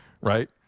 right